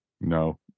No